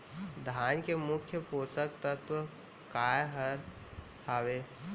धान के मुख्य पोसक तत्व काय हर हावे?